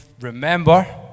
remember